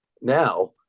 now